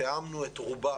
תיאמנו את רובה